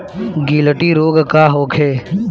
गिलटी रोग का होखे?